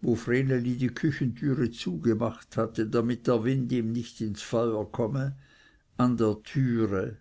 wo vreneli die küchentüre zugemacht hatte damit der wind ihm nicht ins feuer komme an der türe